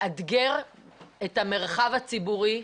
לאתגר את המרחב הציבורי,